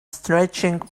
stretching